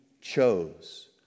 chose